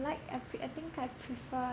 like I pre~ I think I prefer